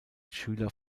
schüler